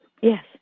Yes